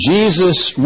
Jesus